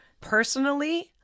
Personally